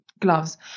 gloves